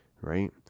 right